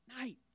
night